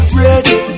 ready